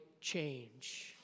change